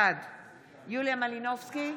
בעד יוליה מלינובסקי,